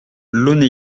launay